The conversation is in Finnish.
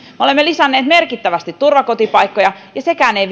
olemme lisänneet merkittävästi turvakotipaikkoja ja sekään ei